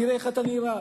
תראה איך אתה נראה.